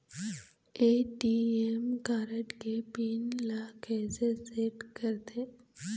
ATM card के PIN ला कैसे सेट करथे?